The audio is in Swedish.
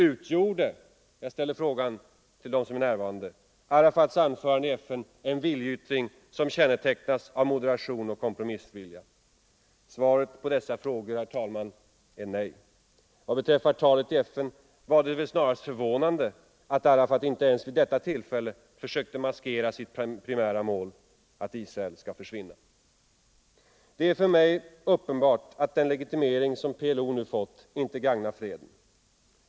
Utgjorde, jag ställer frågan till de närvarande, Arafats anförande i FN en viljeyttring som kännetecknas av moderation och kompromissvilja? Svaret på dessa frågor, herr talman, är nej. Vad beträffar talet i FN var det väl snarast förvånande att Arafat inte ens vid detta tillfälle försökte maskera sitt primära mål, att Israel skall försvinna. Det är för mig uppenbart att den legitimering som PLO fått nu inte gagnar freden.